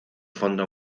fondo